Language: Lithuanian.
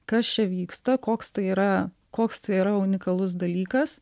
kas čia vyksta koks tai yra koks yra unikalus dalykas